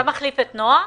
אתה מחליף את נועה?